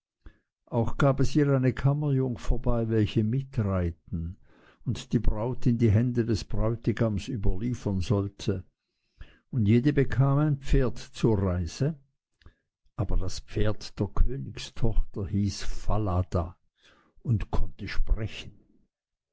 auch gab sie ihr eine kammerjungfer bei welche mitreiten und die braut in die hände des bräutigams überliefern sollte und jede bekam ein pferd zur reise aber das pferd der königstochter hieß falada und konnte sprechen